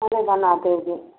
अरे बना देंगे